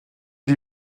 die